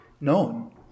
known